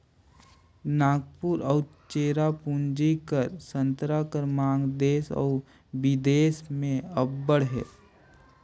नांगपुर अउ चेरापूंजी कर संतरा कर मांग देस अउ बिदेस में अब्बड़ अहे